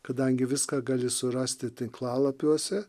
kadangi viską gali surasti tinklalapiuose